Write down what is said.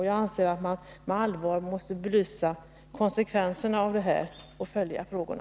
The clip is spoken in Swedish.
Jag anser att man med allvar måste belysa konsekvenserna av detta och följa frågorna.